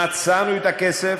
מצאנו את הכסף.